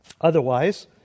Otherwise